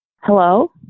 Hello